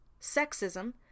sexism